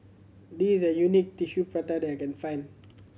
this is the best Tissue Prata that I can find